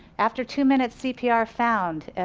after two minutes cpr found,